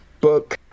book